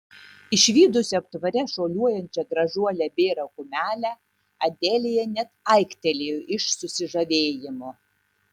išvydusi aptvare šuoliuojančią gražuolę bėrą kumelę adelija net aiktelėjo iš susižavėjimo